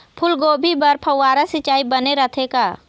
फूलगोभी बर फव्वारा सिचाई बने रथे का?